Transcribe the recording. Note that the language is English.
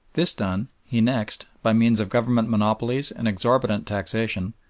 this done, he next, by means of government monopolies and exorbitant taxation,